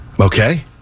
Okay